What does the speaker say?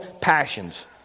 passions